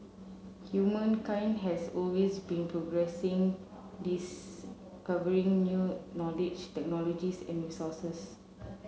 humankind has always been progressing discovering new knowledge technologies and resources